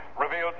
revealed